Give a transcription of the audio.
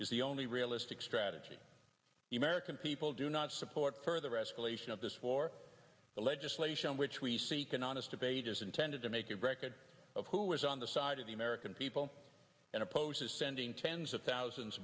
is the only realistic strategy american people do not support further escalation of this war the legislation which we seek an honest debate is intended to make a record of who is on the side of the american people and opposes sending tens of thousands